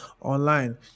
online